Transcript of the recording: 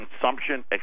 consumption